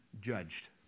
judged